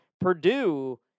Purdue